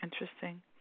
Interesting